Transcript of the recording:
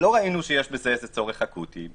לא רואים שיש בזה צורך אקוטי.